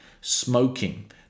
Smoking